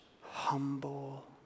humble